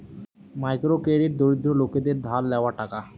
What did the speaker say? micro credit দরিদ্র লোকদের ধার লেওয়া টাকা